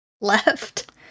left